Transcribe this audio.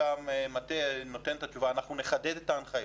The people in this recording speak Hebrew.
והמטה נותן את התשובה: "אנחנו נחדד את ההנחיות".